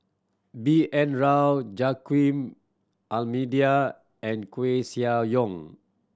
B N Rao Joaquim and Koeh Sia Yong